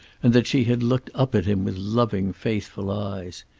and that she had looked up at him with loving, faithful eyes.